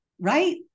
right